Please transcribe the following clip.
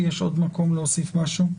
האם מעבר לנושא הסביבתי יש מקום להוסיף עוד משהו?